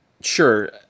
Sure